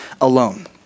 alone